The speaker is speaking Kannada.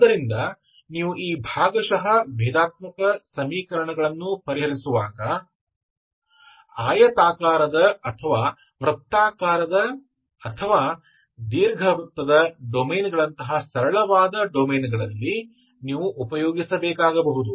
ಆದ್ದರಿಂದ ನೀವು ಈ ಭಾಗಶಃ ಭೇದಾತ್ಮಕ ಸಮೀಕರಣಗಳನ್ನು ಪರಿಹರಿಸುವಾಗ ಆಯತಾಕಾರದ ಅಥವಾ ವೃತ್ತಾಕಾರದ ಅಥವಾ ದೀರ್ಘವೃತ್ತದ ಡೊಮೇನ್ಗಳಂತಹ ಸರಳವಾದ ಡೊಮೇನ್ಗಳಲ್ಲಿ ನೀವು ಉಪಯೋಗಿಸಬೇಕಾಗಬಹುದು